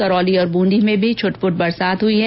करौली और बूंदी में भी छुटपुट बरसात हुई है